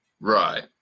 Right